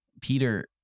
Peter